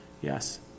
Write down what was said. Yes